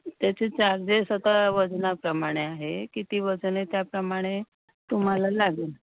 त्याचे चार्जेस आता वजनाप्रमाणे आहे किती वजन आहे त्याप्रमाणे तुम्हाला लागेल